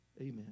Amen